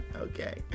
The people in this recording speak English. Okay